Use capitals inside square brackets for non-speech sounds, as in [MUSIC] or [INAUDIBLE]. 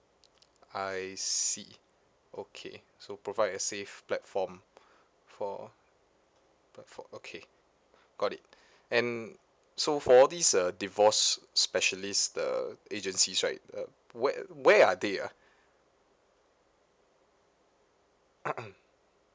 I see okay so provide a safe platform for platform okay got it and so for all these uh divorce specialist the agencies right uh where where are they ah [NOISE]